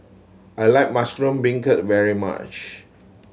I like mushroom beancurd very much